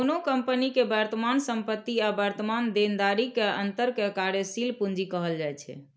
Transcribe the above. कोनो कंपनी के वर्तमान संपत्ति आ वर्तमान देनदारी के अंतर कें कार्यशील पूंजी कहल जाइ छै